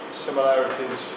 Similarities